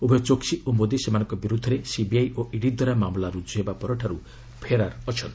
ଉଭୟ ଚୋକ୍ସି ଓ ମୋଦି ସେମାନଙ୍କ ବିରୁଦ୍ଧରେ ସିବିଆଇ ଓ ଇଡିଦ୍ୱାରା ମାମଲା ରୁଜୁ ହେବା ପରଠାରୁ ଫେରାର୍ ଅଛନ୍ତି